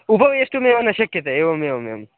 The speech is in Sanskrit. उपवेष्टुमेव न शक्यते एवम् एवमेवम्